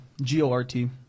G-O-R-T